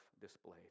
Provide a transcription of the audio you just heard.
displayed